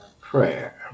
Prayer